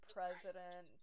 President